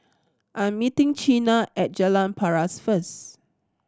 I am meeting Chyna at Jalan Paras first